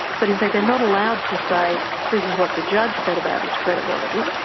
but in fact they are not allowed to say this is what the judge said about his credibility,